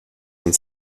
and